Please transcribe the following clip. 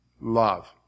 love